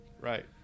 Right